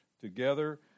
together